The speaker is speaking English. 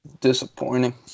Disappointing